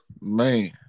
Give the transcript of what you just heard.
man